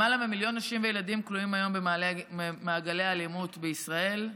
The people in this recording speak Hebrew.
למעלה ממיליון נשים וילדים כלואים היום במעגלי האלימות בישראל.